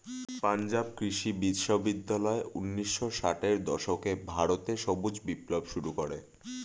পাঞ্জাব কৃষি বিশ্ববিদ্যালয় ঊন্নিশো ষাটের দশকে ভারতে সবুজ বিপ্লব শুরু করে